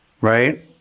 right